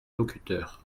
locuteurs